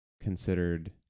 considered